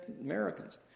Americans